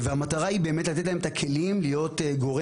והמטרה היא באמת לתת להם את הכלים להיות גורם